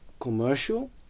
commercial